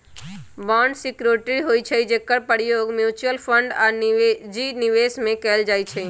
bond security होइ छइ जेकर प्रयोग म्यूच्यूअल फंड आऽ निजी निवेश में कएल जाइ छइ